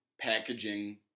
packaging